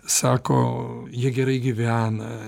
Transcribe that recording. sako jie gerai gyvena